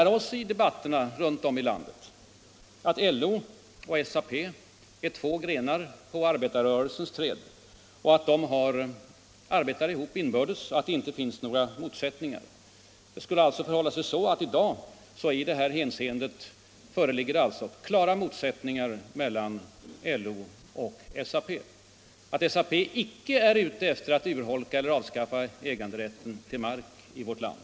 Vi har i debatterna runt om i landet fått lära oss att LO och SAP är två grenar på arbetarrörelsens träd, att de arbetar ihop inbördes och att det inte finns några motsättningar dem emellan. Herr Palmes svar skulle alltså betyda att det i dag föreligger klara motsättningar mellan LO och SAP och att SAP inte är ute efter att urholka eller avskaffa äganderätten till mark i vårt land.